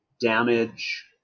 damage